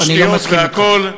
תשתיות והכול,